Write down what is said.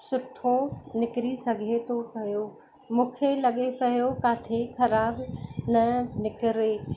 सुठो निकिरी सघे थो पियो मूंखे लॻे पियो किथे ख़राब न निकिरे